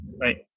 Right